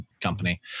Company